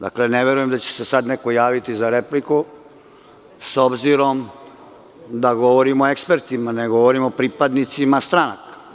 Dakle, ne verujem da će se sad neko javiti za repliku, s obzirom da govorim o ekspertima, ne govorim o pripadnicima stranaka.